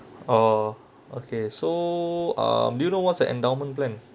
oh okay so um do you know what's the endowment plan